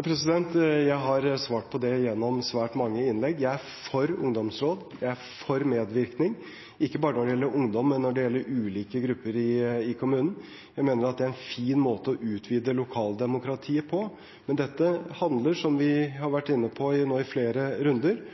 Jeg har svart på det gjennom svært mange innlegg. Jeg er for ungdomsråd, og jeg er for medvirkning, ikke bare når det gjelder ungdom, men når det gjelder ulike grupper i kommunen. Jeg mener det er en fin måte å utvide lokaldemokratiet på. Dette handler om – som vi har vært inne på i flere runder